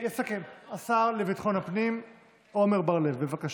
יסכם השר לביטחון הפנים עמר בר לב, בבקשה.